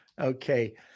okay